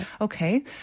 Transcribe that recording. Okay